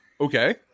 Okay